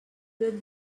would